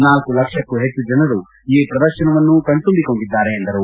ನಾಲ್ಕು ಲಕ್ಷಕ್ಕೂ ಹೆಚ್ಚು ಜನರು ಈ ಪ್ರದರ್ತನವನ್ನು ಕಣ್ಣು ತುಂಬಿಕೊಂಡಿದ್ದಾರೆ ಎಂದರು